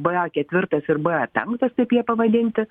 ba ketvirtas ir ba penktas taip jie pavadinti